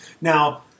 Now